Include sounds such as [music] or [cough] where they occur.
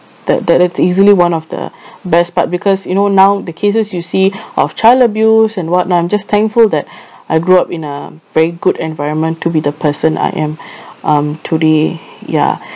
that that it's easily one of the [breath] best part because you know now the cases you see [breath] of child abuse and whatnot I'm just thankful that [breath] I grew up in a very good environment to be the person I am [breath] um today ya [breath]